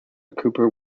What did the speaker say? cooper